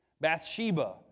Bathsheba